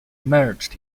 merged